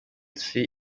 see